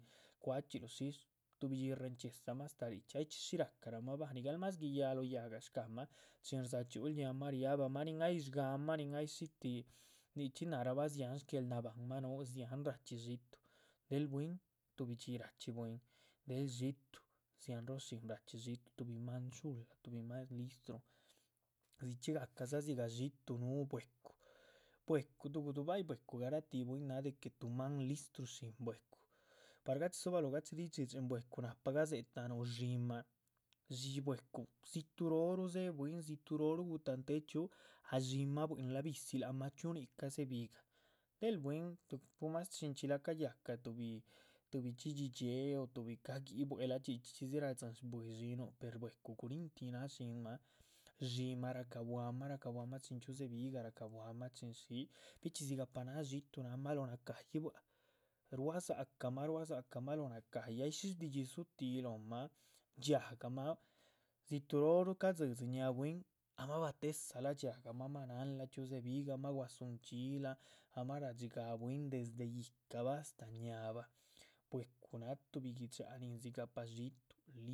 Cu´chxiluh shísh, tuhbi dxí réhenchxiedza mah, astáh richxí, aychxí shí racahma bah, nical más guiyaa´ lóh yáhga shca´mah chin rdza´chxiúhul. ñáamah, ria´bamah, nin ay shga´mah nin ay shí tih, nichxín náhrabah dziáhan shgueel nabahn núhu, dziáhan ra´chxí xiitu, del bwín, tuhbidxi. ra´chxí bwín, del xiitu dzia´hn róo shin ra´chxí xiitu, tuhbi máhan dshúngah, tuhbi máhan listru dzichxí gahcah dzam dzigah xiitu núh bwecu, báyih. bwecu garatíh bwín náhan de que tuh maan listru shín bwecu, par gachi dzóbahlohon gachidiyih dhxídxin bwecu nahpa gadze´tahn dxíimah bwecu, dzituh rooruh. dzé bwín, dzituh rooruh gutahnté chxíuh ah dxíimah buíhnla visi´ láac mah chxíu nica´ dze´bigah del bwín, pu´mas chin chxílah cayahca tuhbi, tuhbi dhxídhxi. dxiée, o tuhbi caguíc bue´lah, dzichxí chxídzi radzín bwín dxíinuh per bwecu, guríhnti náh dxíimah, dxíimah racabuahmah, racabuahmah. chin chxíu dzebi´gah, racabuahmah chin shí, biechxí dzigah pa náha xiitu náhma lóo naca´yi bua´c ruá dza´cahma, ruá dza´cahma lóh naca´yih,. ay shí shdxidxí dzú tih lóhma, dxiahgamah dziturohru ca´dzidzi ñáa bwín ahmah bate´dzala dxiahgamah ahmah náhnlah chxíu dze´bigahma guadzunchxí. ahma ra´dxigaa láac bwín desde yíhcabah astáh ñáahba bwecu náh tuhbi gui´dxa nin dzigah pa xiitu